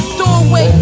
doorway